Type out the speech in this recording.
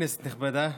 כנסת נכבדה,